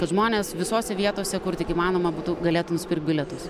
kad žmonės visose vietose kur tik įmanoma būtų galėtų nusipirkt bilietus